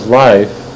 life